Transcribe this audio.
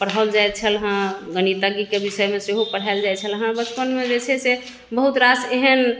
पढ़ाओल जाइ छल है गणितज्ञके विषयमे सेहो पढ़ाओल जाइ छलै बचपनमे जे छै से बहुत रास एहन